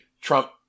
Trump